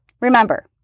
remember